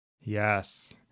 Yes